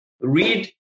read